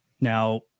Now